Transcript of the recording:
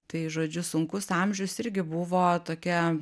tai žodžiu sunkus amžius irgi buvo tokia